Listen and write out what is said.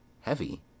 heavy